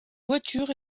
voitures